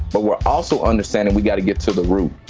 but we're also understanding we gotta get to the root.